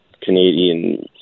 canadian